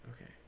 Okay